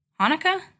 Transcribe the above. Hanukkah